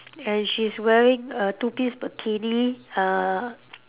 and she's wearing a two piece bikini err